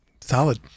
Solid